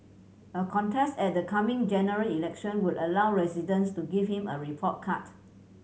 a contest at the coming General Election would allow residents to give him a report cut